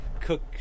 cook